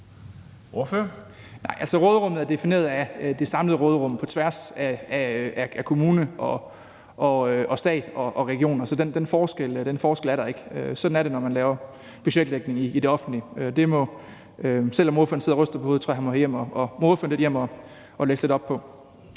råderummet er defineret af det samlede råderum på tværs af kommune, stat og regioner, så den forskel er der ikke. Sådan er det, når man laver budgetlægning i det offentlige, og selv om spørgeren sidder og ryster på hovedet, tror jeg, spørgeren må hjem at læse lidt op på